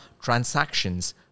transactions